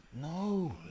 No